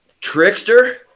Trickster